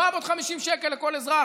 750 שקל לכל אזרח,